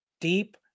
deep